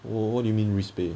what do you mean risk pay